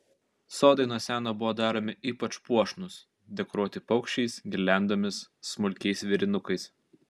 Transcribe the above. sodai nuo seno buvo daromi ypač puošnūs dekoruoti paukščiais girliandomis smulkiais vėrinukais